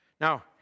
Now